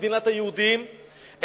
מדינת היהודים,